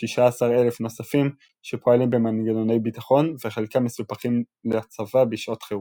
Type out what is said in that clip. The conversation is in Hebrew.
כ-16 אלף נוספים שפועלים במנגוני בטחון וחלקם מסופחים לצבא בשעות חירום.